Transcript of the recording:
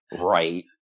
right